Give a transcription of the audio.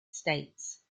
states